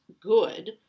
good